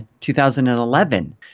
2011